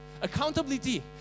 Accountability